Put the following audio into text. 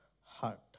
heart